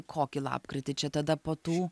kokį lapkritį čia tada po tų